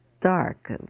dark